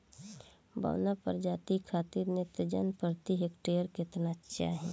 बौना प्रजाति खातिर नेत्रजन प्रति हेक्टेयर केतना चाही?